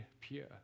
pure